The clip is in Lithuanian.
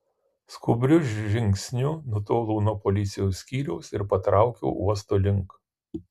skubriu žingsniu nutolau nuo policijos skyriaus ir patraukiau uosto link